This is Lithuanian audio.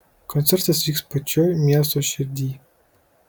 koncertas vyks pačioj miesto šerdyj